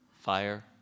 fire